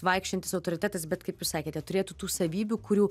vaikščiojantis autoritetas bet kaip jūs sakėte turėtų tų savybių kurių